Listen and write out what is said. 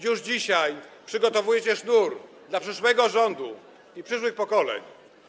Już dzisiaj przygotowujecie sznur dla przyszłego rządu i przyszłych pokoleń.